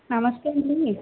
నమస్తే అండి